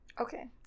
Okay